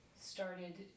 started